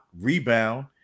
rebound